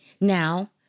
Now